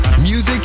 Music